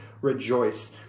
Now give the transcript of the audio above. rejoice